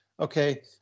Okay